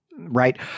Right